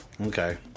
Okay